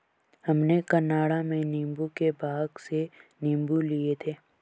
हमने कनाडा में नींबू के बाग से नींबू लिए थे